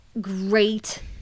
Great